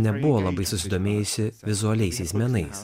nebuvo labai susidomėjusi vizualiaisiais menais